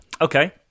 Okay